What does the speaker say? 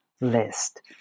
list